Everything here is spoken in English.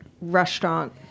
restaurant